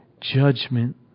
Judgment